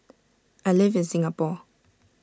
I live in Singapore